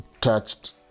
touched